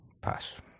Pass